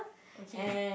okay